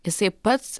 jisai pats